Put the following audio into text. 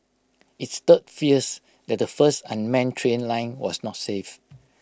IT stirred fears that the first unmanned train line was not safe